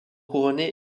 couronné